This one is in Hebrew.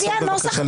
בבקשה?